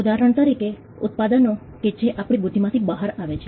ઉદાહરણ તરીકે ઉત્પાદનો કે જે આપણી બુદ્ધિમાંથી બહાર આવે છે